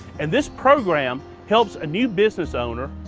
and this program helps a new business owner,